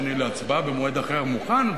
שלהצבעה במועד אחר אני מוכן,